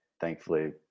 thankfully